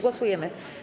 Głosujemy.